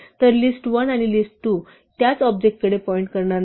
तर list1 आणि list2 यापुढे त्याच ऑब्जेक्टकडे पॉईंट करणार नाही